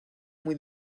muy